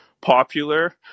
popular